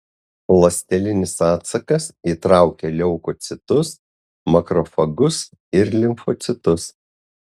ląstelinis atsakas įtraukia leukocitus makrofagus ir limfocitus